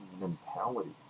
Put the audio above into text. mentality